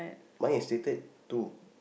my is stated two